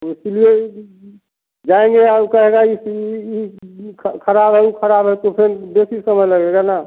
उसी लिए जाएँगे और वह कहेगा यह यह ख़राब है वह ख़राब है तो वैसे ही समय लगेगा ना